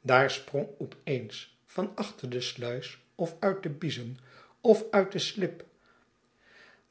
daar sprong op eens van achter de sluis of uit de biezen of uit de slib